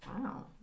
Wow